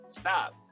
Stop